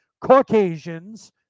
Caucasians